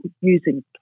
using